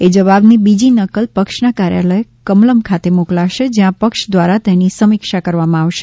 એ જવાબની બીજી નકલ પક્ષના કાર્યાલય કમલમ ખાતે મોકલાશે જ્યાં પક્ષ દ્વારા તેની સમીક્ષા કરવામાં આવશે